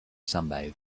sunbathe